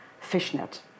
fishnet